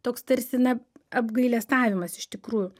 toks tarsi na apgailestavimas iš tikrųjų